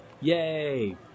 Yay